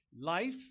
Life